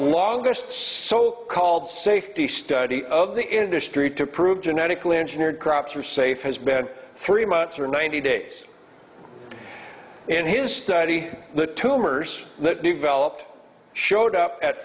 longest so called safety study of the industry to prove genetically engineered crops are safe has been three months or ninety days and his study the tumors that developed showed up at